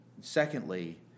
Secondly